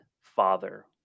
father